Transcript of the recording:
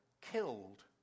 killed